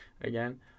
again